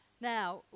Now